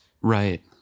Right